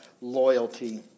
loyalty